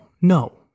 no